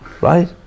right